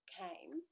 came